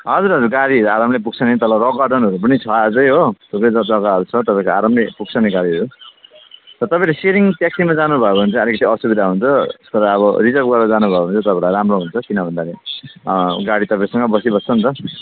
हजुर हजुर गाडीहरू आरामले पुग्छ नि तल रक गार्डेनहरू पनि छ अझै हो थुप्रै त्यो जग्गाहरू छ तपाईँको आरामले पुग्छ नि गाडीहरू तपाईँहरू सेयरिङ ट्याक्सीमा जानुभयो भने चाहिँ आलिकति असुविधा हुन्छ तर अब रिजर्भ गरेर जानुभयो भने चाहिँ राम्रो हुन्छ किन भन्दाखेरि गाडी तपाईँसँगै बसिबस्छ नि त